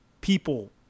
people